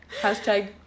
Hashtag